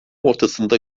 ortasında